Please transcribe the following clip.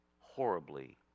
horribly